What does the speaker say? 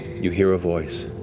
you hear a voice.